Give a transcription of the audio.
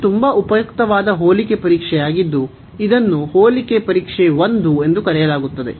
ಇದು ತುಂಬಾ ಉಪಯುಕ್ತವಾದ ಹೋಲಿಕೆ ಪರೀಕ್ಷೆಯಾಗಿದ್ದು ಇದನ್ನು ಹೋಲಿಕೆ ಪರೀಕ್ಷೆ 1 ಎಂದು ಕರೆಯಲಾಗುತ್ತದೆ